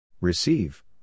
Receive